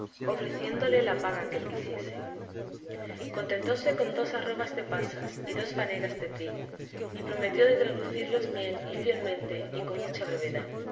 ofreciéndole la paga que él quisiese contentóse con dos arrobas de pasas y dos fanegas de trigo y prometió de traducirlos bien y fielmente y con mucha brevedad